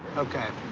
okay.